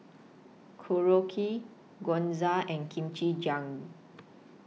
Korokke Gyoza and Kimchi